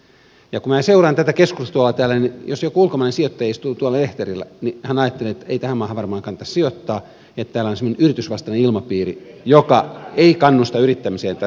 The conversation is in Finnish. kun minä seuraan tätä keskustelua täällä niin jos joku ulkomainen sijoittaja istuu tuolla lehterillä hän ajattelee että ei tähän maahan varmaan kannata sijoittaa täällä on semmoinen yritysvastainen ilmapiiri joka ei kannusta yrittämiseen tässä maassa